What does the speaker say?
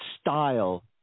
style